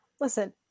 listen